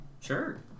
Sure